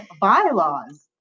bylaws